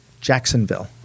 Jacksonville